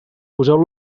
poseu